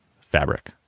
fabric